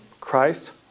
Christ